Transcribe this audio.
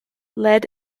lead